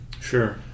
Sure